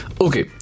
Okay